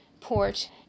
port